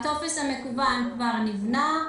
הטופס המקוון כבר נבנה,